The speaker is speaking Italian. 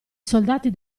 soldati